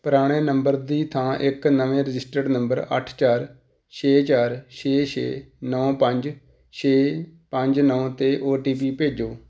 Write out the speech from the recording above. ਪੁਰਾਣੇ ਨੰਬਰ ਦੀ ਥਾਂ ਇੱਕ ਨਵੇਂ ਰਜਿਸਟਰਡ ਨੰਬਰ ਅੱਠ ਚਾਰ ਛੇ ਚਾਰ ਛੇ ਛੇ ਨੌਂ ਪੰਜ ਛੇ ਪੰਜ ਨੌਂ 'ਤੇ ਓ ਟੀ ਪੀ ਭੇਜੋ